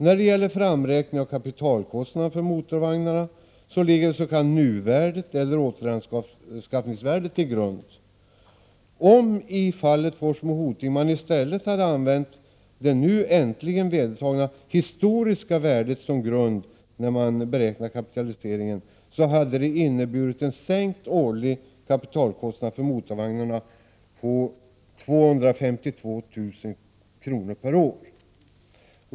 När det gäller framräkning av kapitalkostnader för motorvagnar ligger det s.k. nuvärdet eller återanskaffningsvärdet till grund. Om i fallet Forsmo Hoting man i stället använt det nu äntligen vedertagna historiska värdet som grund vid beräkningen hade detta inneburit en sänkt årlig kapitalkostnad för motorvagnarna med 252 000 kr./år.